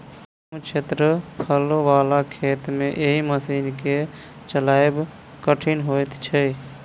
कम क्षेत्रफल बला खेत मे एहि मशीन के चलायब कठिन होइत छै